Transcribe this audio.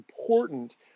important